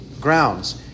grounds